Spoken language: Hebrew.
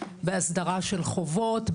בהסדרה של חובות,